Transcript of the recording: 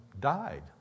died